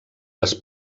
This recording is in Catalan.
les